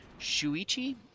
Shuichi